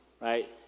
right